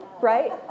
Right